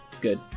good